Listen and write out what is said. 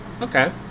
Okay